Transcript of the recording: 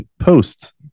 posts